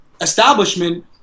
establishment